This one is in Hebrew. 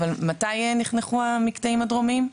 אבל מתי נחנכו המקטעים הדרומיים?